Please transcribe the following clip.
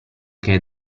che